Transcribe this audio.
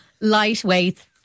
lightweight